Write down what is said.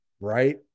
Right